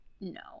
No